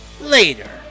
later